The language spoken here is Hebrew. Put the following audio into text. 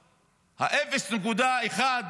4.4,